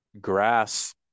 grass